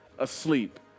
asleep